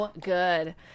good